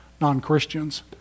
non-Christians